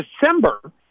December